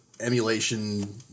Emulation